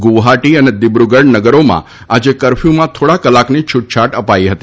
ગુવહાટી અને દિબ્રુગઢ નગરોમાં આજે કરફ્યુમાં થોડા કલાકની છુટછાટ અપાઇ હતી